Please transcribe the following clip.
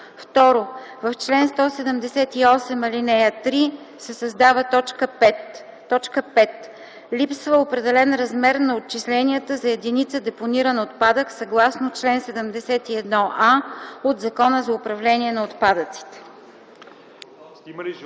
2. В чл. 178, ал. 3 се създава т. 5: „5. липса определен размер на отчисленията за единица депониран отпадък, съгласно чл. 71а от Закона за управление на отпадъците”.”